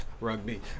Rugby